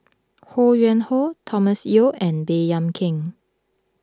Ho Yuen Hoe Thomas Yeo and Baey Yam Keng